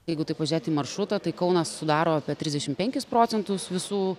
jeigu taip pažiūrėti į maršrutą tai kaunas sudaro apie trisdešim penkis procentus visų